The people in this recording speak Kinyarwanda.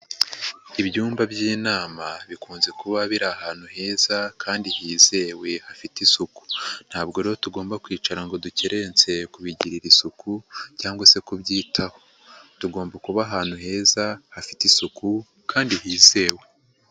Ibyumba by'inama bikunze kuba biri ahantu heza kandi hizewe hafite isuku, ntabwo rero tugomba kwicara ngo dukerense kubigirira isuku cyangwa se kubyitaho, tugomba kuba ahantu heza hafite isuku kandi hizewe.